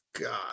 God